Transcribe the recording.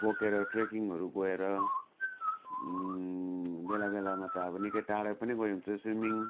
बोकेर ट्रेकिङहरू गएर बेला बेलामा त अब निकै टाढा पनि गइहुन्छ स्विमिङ